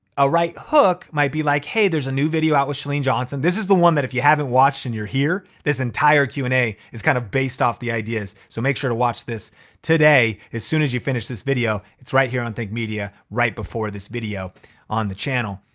a right hook might be like, hey, there's a new video out with chalene johnson. this is the one that if you haven't watched and you're here, this entire q and a is kinda kind of based off the ideas. so make sure to watch this today as soon as you finish this video. it's right here on think media, right before this video on the channel.